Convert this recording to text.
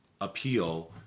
appeal